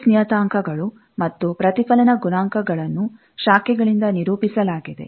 S ನಿಯತಾಂಕಗಳು ಮತ್ತು ಪ್ರತಿಫಲನ ಗುಣಾಂಕಗಳನ್ನುಶಾಖೆಗಳಿಂದ ನಿರೂಪಿಸಲಾಗಿದೆ